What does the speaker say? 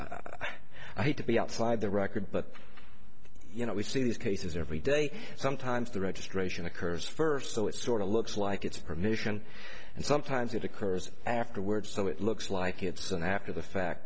need to be outside the record but you know we see these cases every day sometimes the registration occurs first so it sort of looks like it's permission and sometimes it occurs afterwards so it looks like it's an after the fact